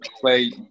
play